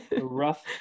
rough